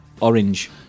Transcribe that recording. orange